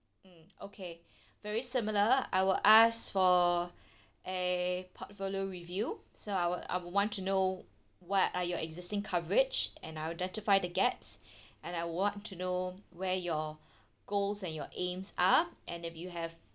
um okay very similar I would ask for a portfolio review so I would I would want to know what are your existing coverage and I'll identify the gaps and I would want to know where your goals and aims are and if you have